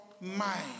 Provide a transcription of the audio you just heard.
mind